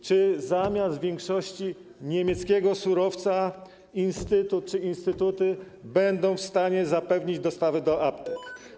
Czy zamiast w większości niemieckiego surowca instytut czy instytuty będą wstanie zapewnić dostawy do aptek?